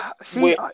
see